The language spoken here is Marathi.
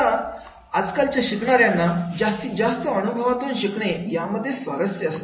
आताआजकालच्या शिकणाऱ्यांना जास्तीत जास्त अनुभवातून शिकणे यामध्ये स्वारस्य असते